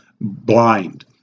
blind